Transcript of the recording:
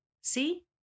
See